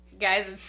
guys